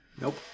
Nope